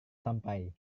sampai